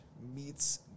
meets